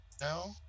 No